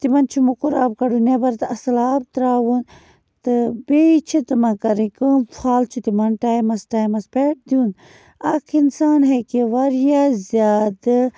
تِمَن چھُ موٚکُر آب کَڑُن نٮ۪بَر تہٕ اَصٕل آب ترٛاوُن تہٕ بیٚیہِ چھِ تِمَن کَرٕنۍ کٲم پھَل چھُ تِمَن ٹایمَس ٹایمَس پٮ۪ٹھ دیُن اَکھ اِنسان ہیٚکہِ واریاہ زیادٕ